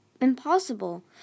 impossible